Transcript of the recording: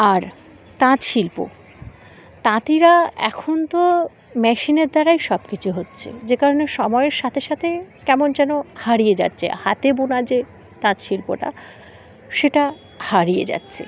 আর তাঁত শিল্প তাঁতিরা এখন তো মেশিনের দ্বারাই সব কিছু হচ্ছে যে কারণে সময়ের সাথে সাথে কেমন যেন হারিয়ে যাচ্ছে হাতে বোনা যে তাঁত শিল্পটা সেটা হারিয়ে যাচ্ছে